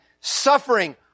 suffering